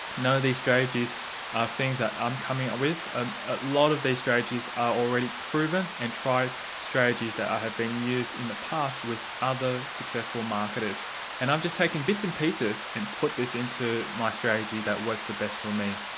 none of these strategies are things that i'm coming up with, a lot of these strategies are already proven and tried strategies that i have been used in the past with other successful marketers and i'm just taking bits and pieces and put this into my strategy that works the best for me.